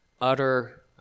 utter